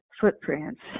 footprints